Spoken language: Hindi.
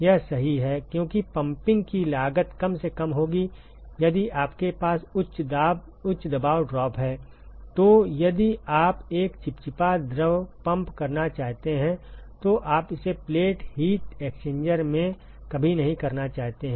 यह सही है क्योंकि पम्पिंग की लागत कम से कम होगी यदि आपके पास उच्च दबाव ड्रॉप है तो यदि आप एक चिपचिपा द्रव पंप करना चाहते हैं तो आप इसे प्लेट हीट एक्सचेंजर में कभी नहीं करना चाहते हैं